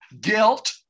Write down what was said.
Guilt